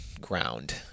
ground